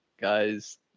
guys